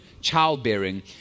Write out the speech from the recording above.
childbearing